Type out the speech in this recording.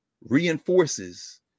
reinforces